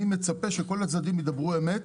אני מצפה שכל הצדדים ידברו אמת,